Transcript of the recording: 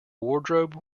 wardrobe